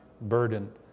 Burden